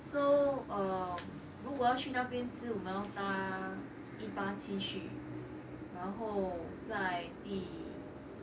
so err 如果要去那边吃我们要搭一八七去然后在第